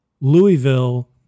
Louisville